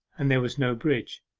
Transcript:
and there was no bridge.